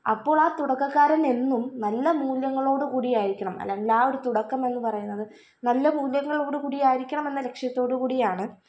അപ്പോളാ തുടക്കക്കാരാനെന്നും നല്ല മൂല്യങ്ങളോട് കൂടിയായിരിക്കണം അല്ലാ ആ തുടക്കമെന്ന് പറയുന്നത് നല്ല മൂല്യങ്ങളോട് കൂടിയായിരിക്കണമെന്ന ലക്ഷ്യത്തോട് കൂടി ആണ്